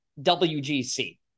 WGC